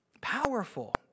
Powerful